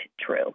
true